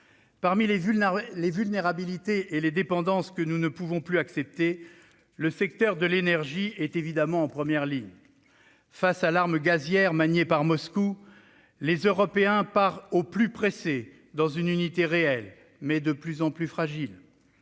Parmi les vulnérabilités et les dépendances que nous ne pouvons plus accepter, le secteur de l'énergie est évidemment en première ligne. Face à l'arme gazière maniée par Moscou, les Européens parent au plus pressé, dans une unité réelle, mais de plus en plus fragile.